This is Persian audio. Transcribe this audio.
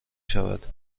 شود